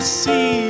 see